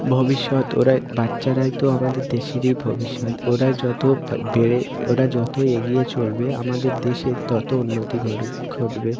ভবিষ্যৎ ওরাই বাচ্চারাই তো আমাদের দেশের এই ভবিষ্যৎ ওরা যত বেড়ে ওরা যতই এগিয়ে চলবে আমাদের দেশে তত উন্নতি ঘটবে